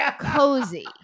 cozy